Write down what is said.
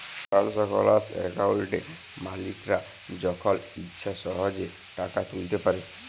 টারালসাকশাল একাউলটে মালিকরা যখল ইছা সহজে টাকা তুইলতে পারে